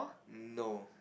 no